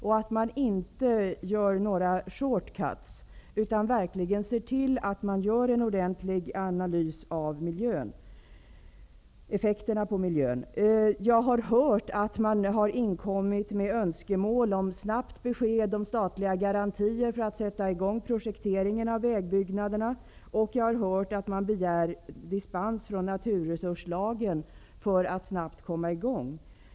Man skall alltså inte göra några ''short cuts'', utan man skall verkligen se till att det görs en ordentlig analys av effekterna på miljön. Jag har hört att man har inkommit med önskemål om snabbt besked angående statliga garantier för att sätta i gång projekteringen av vägbyggena, och att man därför har begärt dispens från naturresurslagen.